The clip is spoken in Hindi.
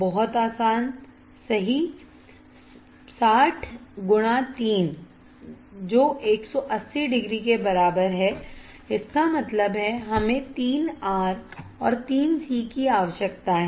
बहुत आसान सही 60 3 180 डिग्री इसका मतलब है हमें 3 R और 3 C की आवश्यकता है